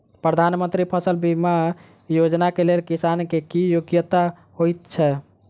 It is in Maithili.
प्रधानमंत्री फसल बीमा योजना केँ लेल किसान केँ की योग्यता होइत छै?